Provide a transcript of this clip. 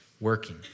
working